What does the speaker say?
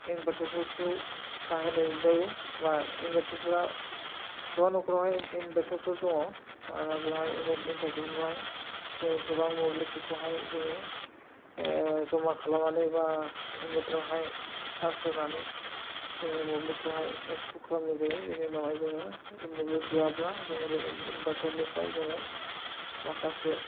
इनभारटारफोरखौ बाहायनाय जायो बा इनभारटारफोरा गोबां नखरावहाय इनभारटारफोर दङ मानोना बेवहाय मोब्लिब इनभारटारफोरखौहाय जोङो गोबां मोब्लिबफोरखौहाय जोङो जमा खालामनानै बा इनभारटारावहाय सार्स होनानै जोङो मोब्लिबखौहाय एबुक खालामनाय जायो बेनिउनावहाय जोङो मोब्लिब गैयाब्ला इन इनभारटारनिफ्राय जोङो माखासे